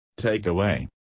Takeaway